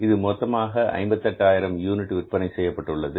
இது மொத்தமாக 58000 யூனிட்டுகள் விற்பனை செய்யப்பட்டுள்ளது